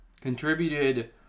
contributed